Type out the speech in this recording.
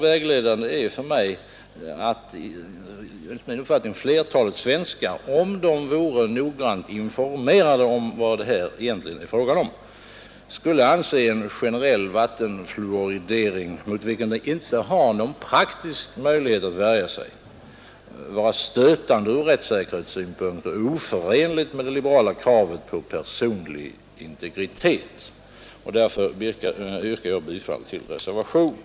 Vägledande för mig är att flertalet svenskar, om de vore noggrant informerade om vad det här egentligen är fråga om, skulle anse en generell vattenfluoridering, mot vilken de inte har någon praktisk möjlighet att värja sig, vara stötande från rättssäkerhetssynpunkt och oförenlig med det liberala kravet på personlig integritet. Därför yrkar jag bifall till reservationen.